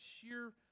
sheer